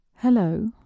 Hello